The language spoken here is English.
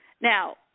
now